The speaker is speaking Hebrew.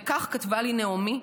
וכך כתבה לי נעמי,